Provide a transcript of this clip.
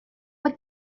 mae